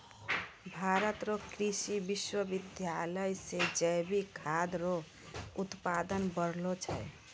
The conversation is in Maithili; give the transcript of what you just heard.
भारत रो कृषि विश्वबिद्यालय से जैविक खाद रो उत्पादन बढ़लो छै